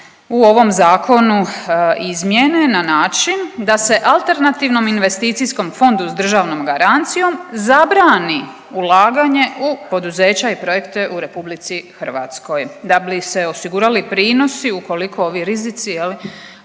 u ovom Zakonu izmijene na način da se alternativnom investicijskom fondu s državom garancijom zabrani ulaganje u poduzeća i projekte u RH, da bi se osigurali prinosi, ukoliko ovi rizici,